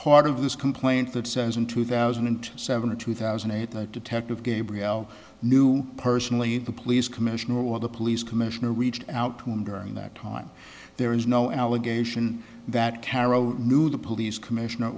part of this complaint that says in two thousand and seven or two thousand and eight that detective gabriel knew personally the police commissioner or the police commissioner reached out to him during that time there is no allegation that tarot knew the police commissioner